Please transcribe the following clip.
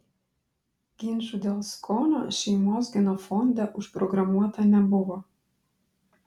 ginčų dėl skonio šeimos genofonde užprogramuota nebuvo